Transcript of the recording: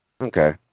Okay